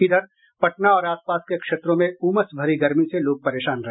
इधर पटना और आसपास के क्षेत्रों में उमस भरी गर्मी से लोग परेशान रहे